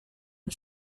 los